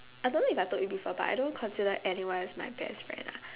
I don't know if I told you before but I don't consider anyone as my best friend ah